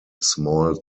small